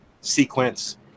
sequence